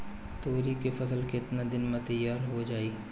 तोरी के फसल केतना दिन में तैयार हो जाई?